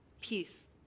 peace